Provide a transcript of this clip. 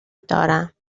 دارم